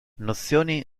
nozioni